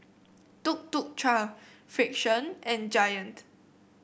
Tuk Tuk Cha Frixion and Giant